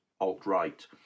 alt-right